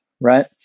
Right